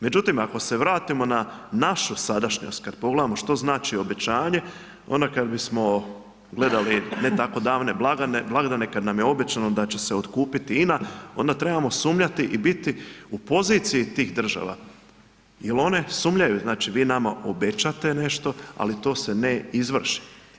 Međutim, ako se vratimo na našu sadašnjost, kad pogledamo što znači obećanje, onda kad bismo gledali ne tako davne blagdane, kad nam je obećano da će se otkupiti INA onda trebamo sumnjati i biti u poziciji tih država jer one sumnjaju, znači vi nama obećate nešto, ali to se ne izvrši.